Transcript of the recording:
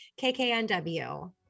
KKNW